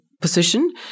position